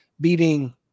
beating